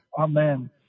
amen